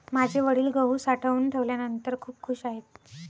माझे वडील गहू साठवून ठेवल्यानंतर खूप खूश आहेत